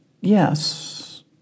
Yes